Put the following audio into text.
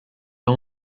pas